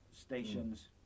stations